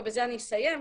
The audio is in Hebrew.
ובזה אסיים,